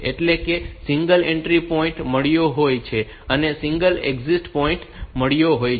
એટલે કે તેને સિંગલ એન્ટ્રી પોઈન્ટ મળ્યો હોય છે અને તેને સિંગલ એક્ઝિટ પોઈન્ટ મળ્યો હોય છે